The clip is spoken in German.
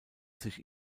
sich